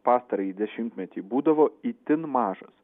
pastarąjį dešimtmetį būdavo itin mažas